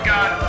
God